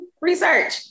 research